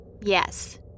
Yes